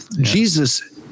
Jesus